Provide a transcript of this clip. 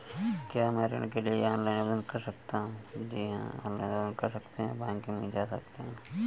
क्या मैं ऋण के लिए ऑनलाइन आवेदन कर सकता हूँ?